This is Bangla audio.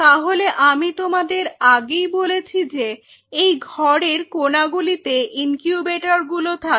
তাহলে আমি তোমাদের আগেই বলেছি যে এই ঘরের কোনাগুলিতে ইনকিউবেটরগুলো থাকবে